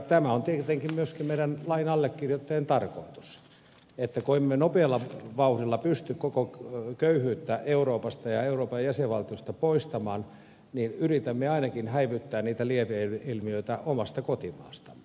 tämä on tietenkin myöskin meidän lain allekirjoittajien tarkoitus että kun emme nopealla vauhdilla pysty koko köyhyyttä euroopasta ja euroopan jäsenvaltioista poistamaan yritämme ainakin häivyttää niitä lieveilmiöitä omasta kotimaastamme